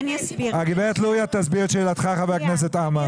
גברת לוריא תענה לשאלתך, חבר הכנסת עמאר.